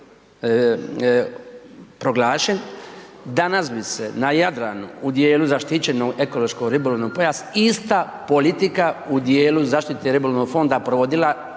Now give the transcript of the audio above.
danas bi se na Jadranu u dijelu zaštićenog ekološko ribolovnog pojasa ista politika u dijelu zaštite ribolovnog fonda provodila